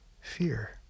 fear